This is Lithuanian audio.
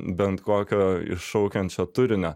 bent kokio iššaukiančio turinio